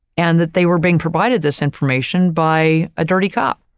and that they were being provided this information by a dirty cop.